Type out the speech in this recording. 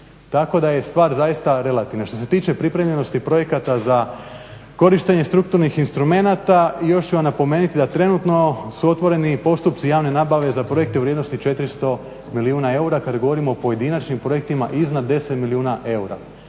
Tako da je stvar zaista relativna. Što se tiče pripremljenosti projekata za korištenje strukturnih instrumenata još ću vam napomenuti da trenutno su otvoreni postupci javne nabave za projekte u vrijednosti 400 milijuna eura kada govorimo o pojedinačnim projektima iznad 10 milijuna eura.